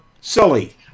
silly